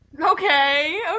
Okay